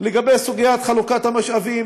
לגבי סוגיית חלוקת המשאבים,